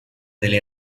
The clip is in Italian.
delle